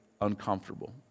uncomfortable